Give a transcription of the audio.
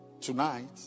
Tonight